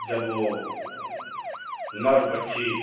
जब वो नर पक्षी